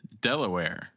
Delaware